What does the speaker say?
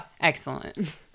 excellent